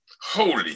holy